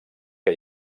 que